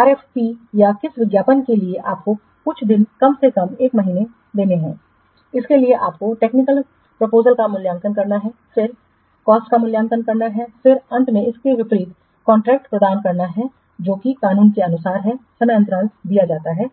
RFP या किस विज्ञापन के लिए आपको कुछ दिन कम से कम एक महीने देने हैं इसके लिए आपको टेक्निकल प्रपोजल का मूल्यांकन करना है फिर कॉस्टका मूल्यांकन करना है फिर अंत में इसके विपरीत कॉन्ट्रैक्ट प्रदान करना है जो कि कानूनों के अनुसार है समय अंतराल दिया जाता है